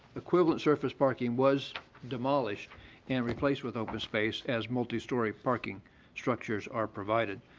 equivalent surface parking was demolished and replaced with open space as multi-story parking structures are provided.